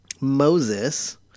Moses